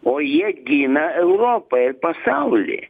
o jie gina europą ir pasaulį